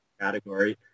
category